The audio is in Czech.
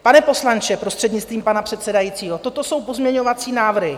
Pane poslanče, prostřednictvím pana předsedajícího, toto jsou pozměňovací návrhy.